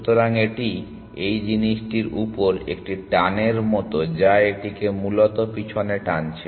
সুতরাং এটি এই জিনিসটির উপর একটি টানের মতো যা এটিকে মূলত পিছনে টানছে